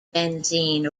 benzene